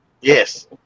Yes